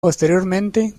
posteriormente